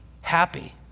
happy